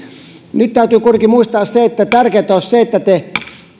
nyt täytyy kuitenkin muistaa se että tärkeintä olisi se että te